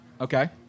Okay